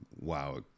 wow